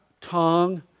tongue